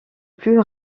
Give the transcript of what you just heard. plus